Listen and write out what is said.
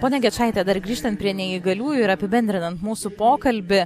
ponia gečaite dar grįžtant prie neįgaliųjų ir apibendrinant mūsų pokalbį